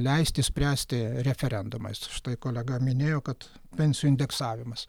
leisti spręsti referendumais štai kolega minėjo kad pensijų indeksavimas